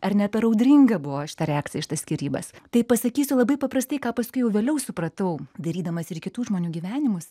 ar ne per audringa buvo šita reakcija į šitas skyrybas tai pasakysiu labai paprastai ką paskui jau vėliau supratau dairydamasi ir į kitų žmonių gyvenimus